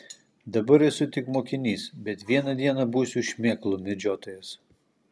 dabar esu tik mokinys bet vieną dieną būsiu šmėklų medžiotojas